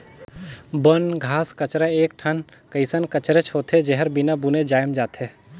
बन, घास कचरा एक ठन कइसन कचरेच होथे, जेहर बिना बुने जायम जाथे